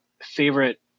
favorite